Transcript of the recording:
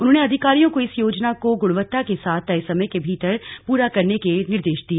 उन्होंने अधिकारियों को इस योजना को गुणवत्ता के साथ तय समय के भीतर पूरा करने के निर्देश दिए